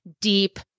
deep